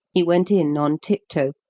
he went in on tiptoe,